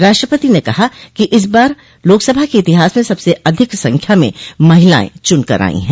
राष्ट्रपति ने कहा कि इस बार लोकसभा के इतिहास में सबसे अधिक संख्या में महिलाएं चनकर आई हैं